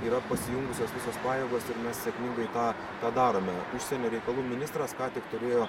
yra pasijungusios visos pajėgos ir mes sėkmingai tą tą darome užsienio reikalų ministras ką tik turėjo